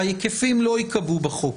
ההיקפים לא ייקבעו בחוק.